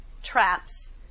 Traps